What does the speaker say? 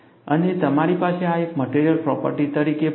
અને તમારી પાસે આ એક મટીરિયલ પ્રોપર્ટી તરીકે પણ છે